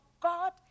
God